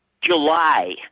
July